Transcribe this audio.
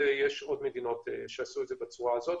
ויש עוד מדינות שעשו את זה בצורה הזאת,